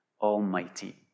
Almighty